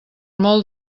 molt